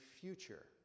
future